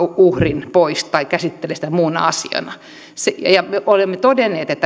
uhrin pois tai käsittelee sitä muuna asiana olemme todenneet että